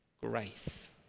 Grace